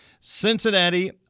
Cincinnati